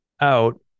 out